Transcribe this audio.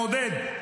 עודד,